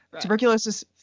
Tuberculosis